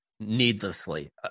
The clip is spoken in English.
needlessly